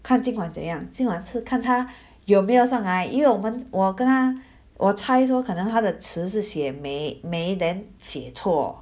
看今晚怎样今晚是她看 她有没有上来因为我们我跟她 我猜说可能她的迟是写没没 then 写错